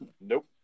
Nope